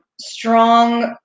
Strong